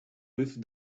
with